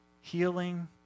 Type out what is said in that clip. healing